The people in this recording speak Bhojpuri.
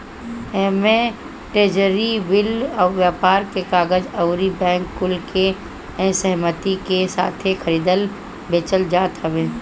एमे ट्रेजरी बिल, व्यापार के कागज अउरी बैंकर कुल के सहमती के साथे खरीदल बेचल जात हवे